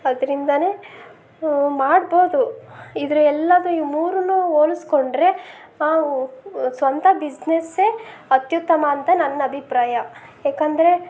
ಅದರಿಂದನೆ ಮಾಡ್ಬೋದು ಇದ್ರ ಎಲ್ಲದೂ ಈ ಮೂರು ಹೋಲ್ಸ್ಕೊಂಡ್ರೆ ಸ್ವಂತ ಬಿಸ್ನೆಸ್ಸೇ ಅತ್ಯುತ್ತಮ ಅಂತ ನನ್ನ ಅಭಿಪ್ರಾಯ ಏಕಂದರೆ